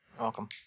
Welcome